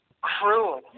cruel